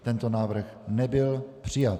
Tento návrh nebyl přijat.